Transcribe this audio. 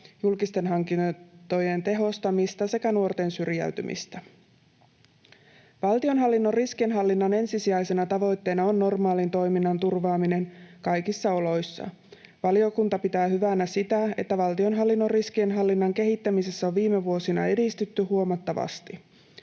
julkisten hankintojen tehostamista sekä nuorten syrjäytymistä. Valtionhallinnon riskienhallinnan ensisijaisena tavoitteena on normaalin toiminnan turvaaminen kaikissa oloissa. Valiokunta pitää hyvänä sitä, että valtionhallinnon riskienhallinnan kehittämisessä on viime vuosina edistytty huomattavasti.